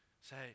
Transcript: Say